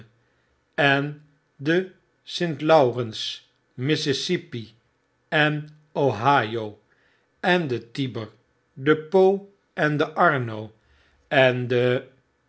en de st laurens missis sippi en ohio en de tiber de po en de arno en de